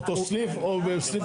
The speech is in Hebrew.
באותו סניף או בסניף אחר?